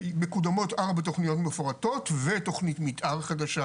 שמקודמות ארבע תוכניות מפורטות ותכנית מתאר חדשה,